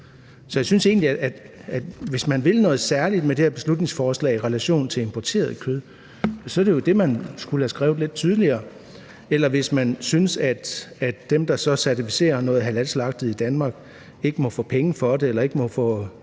Så jeg synes egentlig, at hvis man vil noget særligt med det her beslutningsforslag i relation til importeret kød, er det jo det, man skulle have skrevet lidt tydeligere – også hvis man synes, at dem, der så certificerer noget halalslagtet kød i Danmark, ikke må få penge for det eller ikke må få